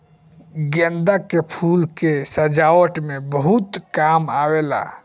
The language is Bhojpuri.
गेंदा के फूल के सजावट में बहुत काम आवेला